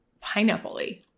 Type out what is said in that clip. pineapple-y